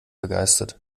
begeistert